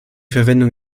verwendung